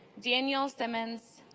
daniel simmons,